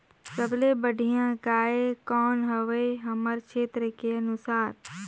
सबले बढ़िया गाय कौन हवे हमर क्षेत्र के अनुसार?